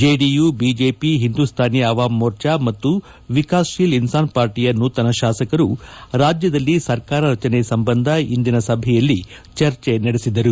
JDU BJP Hindustani Awam Morcha ಮತ್ತು ವಿಕಾಸ್ ಶೀಲ್ ಇನ್ಲಾನ್ ಪಾರ್ಟಿಯ ನೂತನ ಶಾಸಕರು ರಾಜ್ಯದಲ್ಲಿ ಸರ್ಕಾರ ರಚನೆ ಸಂಬಂಧ ಇಂದಿನ ಸಭೆಯಲ್ಲಿ ಚರ್ಚೆ ನಡೆಸಿದರು